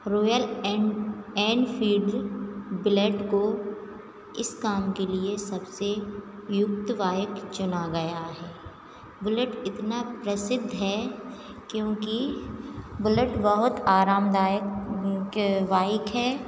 royal and Enfield Bullet को इस काम के लिए सबसे उपयुक्त बाइक़ चुना गया है बुलेट इतना प्रसिद्ध है कि उनकी बुलेट बहुत आरामदायक बाइक़ है